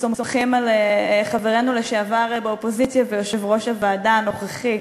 וסומכים על חברנו באופוזיציה לשעבר ויושב-ראש הוועדה הנוכחי,